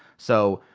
so,